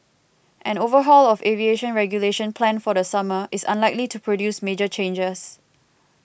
an overhaul of aviation regulation planned for the summer is unlikely to produce major changes